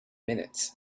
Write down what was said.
minutes